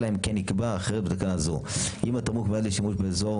אלא אם כן נקבע אחרת בתקנה זו: (1) אם התמרוק מיועד לשימוש באזור